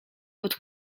pod